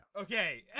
okay